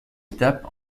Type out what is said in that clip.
étape